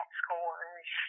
scores